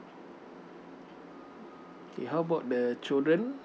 okay how about the children